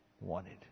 wanted